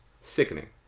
sickening